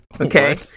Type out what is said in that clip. Okay